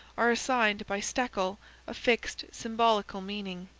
are assigned by stekel a fixed symbolical meaning,